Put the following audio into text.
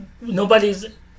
nobody's